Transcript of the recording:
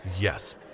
Yes